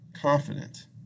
confident